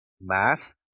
mass